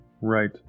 Right